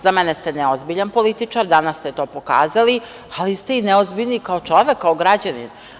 Za mene ste neozbiljan političar, danas ste to pokazali, ali ste i neozbiljni kao čovek, kao građanin.